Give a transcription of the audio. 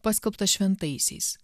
paskelbtas šventaisiais